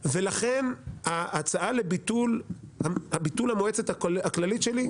לכן ההצעה לביטול המועצת הכללית שלי,